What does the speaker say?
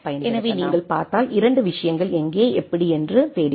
எனவே நீங்கள் பார்த்தால் 2 விஷயங்கள் எங்கே எப்படி என்று தேடுகிறோம்